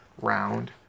round